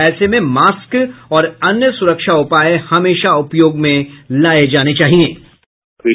ऐसे में मास्क और अन्य सुरक्षा उपाय हमेशा उपयोग में लाये जाने चाहिये